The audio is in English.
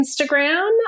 Instagram